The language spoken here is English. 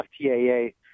FTAA